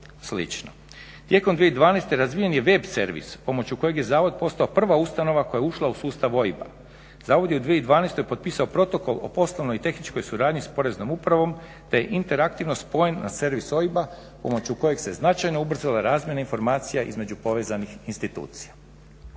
i sl. Tijekom 2012. razvijen je web servis pomoću kojeg je zavod postao prva ustanova koja je ušla u sustav OIB-a. Zavod je u 2012. potpisao protokol o poslovnoj i tehničkoj suradnji s Poreznom upravom te je interaktivno spojen na servis OIB-a pomoću kojeg se značajno ubrzava razmjena informacija između povezanih institucija.